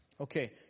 Okay